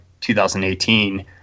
2018